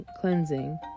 cleansing